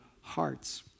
hearts